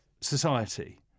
society